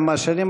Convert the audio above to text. גם מהשנים,